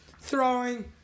throwing